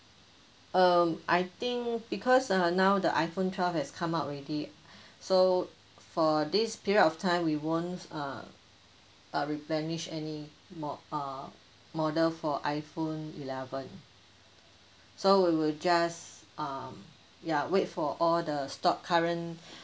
um I think because uh now the iphone twelve has come out already so for this period of time we won't uh uh replenish any more err model for iphone eleven so we will just um ya wait for all the stock current